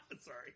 Sorry